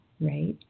Right